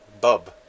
Bub